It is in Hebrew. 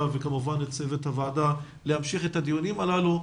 וכמובן צוות הוועדה להמשיך את הדיונים הללו.